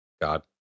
god